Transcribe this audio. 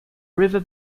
river